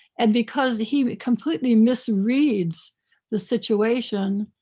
and because he completely misreads the situation,